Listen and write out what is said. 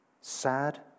sad